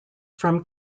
from